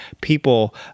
people